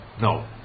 No